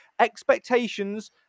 Expectations